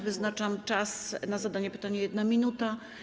Wyznaczam czas na zadanie pytania - 1 minuta.